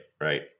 right